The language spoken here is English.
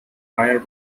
fire